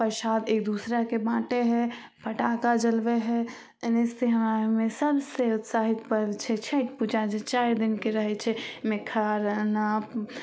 परसाद एक दोसराके बाँटै हइ फटक्का जलबै हइ एनाहिते हमरा आरमे उत्साहित पर्व छै छठि पूजा जे चारि दिनके रहै छै ओहिमे खरना